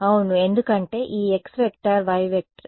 అవునుఎందుకంటే ఈ xˆ yˆ zˆ orthogonal